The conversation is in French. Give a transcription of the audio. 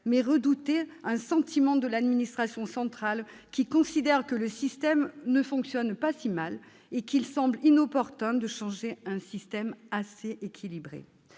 mais redoutait « un sentiment de l'administration centrale considérant que le système ne fonctionne " pas si mal ", et qu'il semble inopportun de changer un système assez équilibré